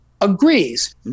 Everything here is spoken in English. agrees